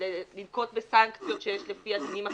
לנקוט בסנקציות שיש לפי הדינים האחרים,